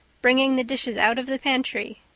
bringing the dishes out of the pantry.